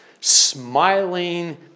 smiling